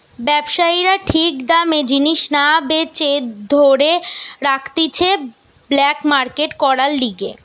ব্যবসায়ীরা ঠিক দামে জিনিস না বেচে ধরে রাখতিছে ব্ল্যাক মার্কেট করার লিগে